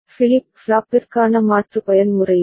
flip ஃப்ளாப்பிற்கான மாற்று பயன்முறையில்